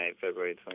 February